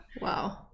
wow